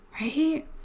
right